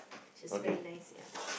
she's very nice yup